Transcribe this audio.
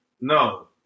No